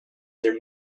their